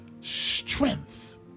strength